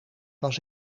was